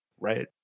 Right